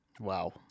Wow